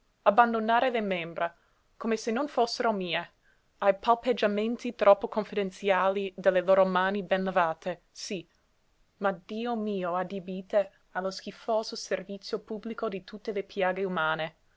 abbandonare le membra come se non fossero mie ai palpeggiamenti troppo confidenziali delle loro mani ben lavate sí ma dio mio adibite allo schifoso servizio pubblico di tutte le piaghe umane